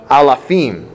alafim